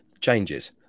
changes